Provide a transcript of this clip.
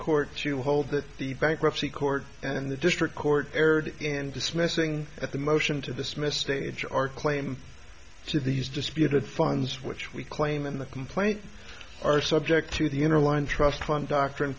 court to hold that the bankruptcy court and the district court erred in dismissing at the motion to dismiss stage our claim to these disputed funds which we claim in the complaint are subject to the interline trust fund doctrine